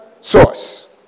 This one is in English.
source